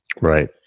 Right